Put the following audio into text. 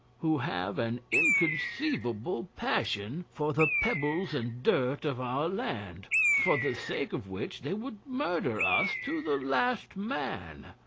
who have an inconceivable passion for the pebbles and dirt of our land, for the sake of which they would murder us to the last man.